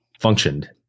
functioned